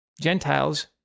Gentiles